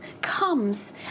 comes